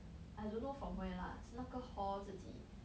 I don't know from where lah 是那个 hall 自己